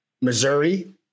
Missouri